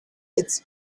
its